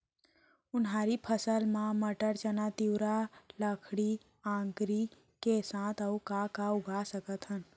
उनहारी फसल मा मटर, चना, तिंवरा, लाखड़ी, अंकरी के साथ अऊ का का उगा सकथन?